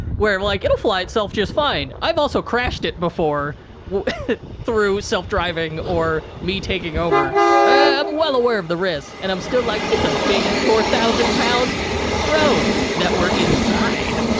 where i'm like, it'll fly itself just fine, i've also crashed it before through self-driving or me taking over. i'm well aware of the risks and i'm still like, it's a big, four thousand pound drone that we're inside.